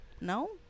no